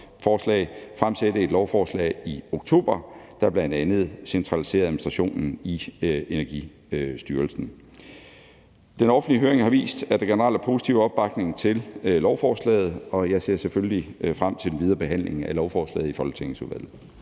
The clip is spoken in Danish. fremsætte et lovforslag i oktober, der bl.a. centraliserer administrationen i Energistyrelsen. Den offentlige høring har vist, at der generelt er positiv opbakning til lovforslaget, og jeg ser selvfølgelig frem til den videre behandling af lovforslaget i folketingsudvalget.